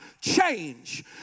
change